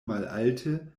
malalte